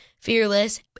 Fearless